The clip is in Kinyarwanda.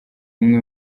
umwe